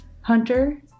hunter